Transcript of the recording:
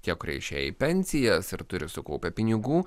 tie kurie išėję į pensijas ir turi sukaupę pinigų